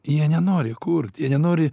jie nenori kurt jie nenori